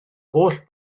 holl